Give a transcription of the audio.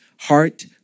heart